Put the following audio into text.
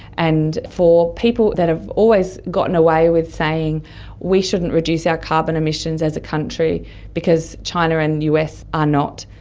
and for people that have always gotten away with saying we shouldn't reduce our carbon emissions as a country because china and us are not,